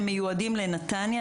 והם מיועדים לנתניה.